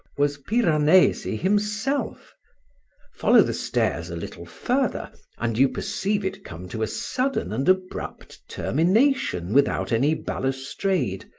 was piranesi himself follow the stairs a little further and you perceive it come to a sudden and abrupt termination without any balustrade,